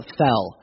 fell